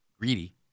greedy